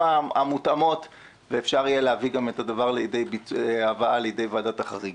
המותאמות ואפשר יהיה להביא את הדבר לידי ועדת החריגים.